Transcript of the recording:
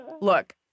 Look